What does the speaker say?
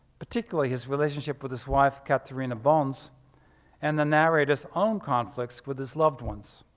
particularly his relationship with his wife, katerina bones and the narrator's own conflicts with his loved ones.